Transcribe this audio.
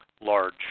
large